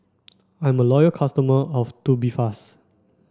I'm a loyal customer of Tubifast